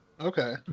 Okay